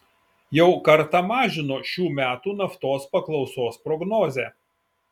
jau kartą mažino šių metų naftos paklausos prognozę